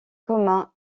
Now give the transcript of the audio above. commun